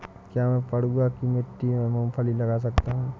क्या मैं पडुआ की मिट्टी में मूँगफली लगा सकता हूँ?